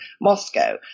Moscow